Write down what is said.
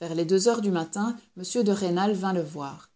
vers les deux heures du matin m de rênal vint le voir